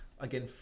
again